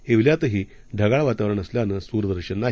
येवल्यातही ढगाळ वातावरण असल्यानं सूर्यदर्शन नाही